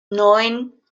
neun